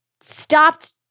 stopped